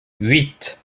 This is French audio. huit